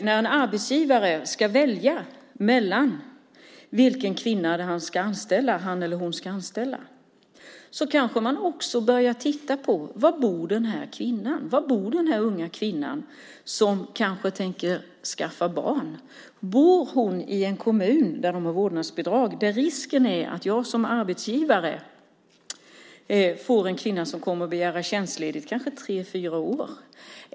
När en arbetsgivare ska välja vilken kvinna han eller hon ska anställa kanske arbetsgivaren också börjar titta på var den unga kvinnan bor som kanske tänker skaffa barn. Bor hon i en kommun där det finns vårdnadsbidrag? Då finns risken att arbetsgivaren anställer en kvinna som kommer att begära tjänstledigt kanske tre fyra år.